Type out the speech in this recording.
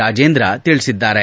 ರಾಜೇಂದ್ರ ತಿಳಿಸಿದ್ದಾರೆ